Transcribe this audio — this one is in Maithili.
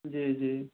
जी जी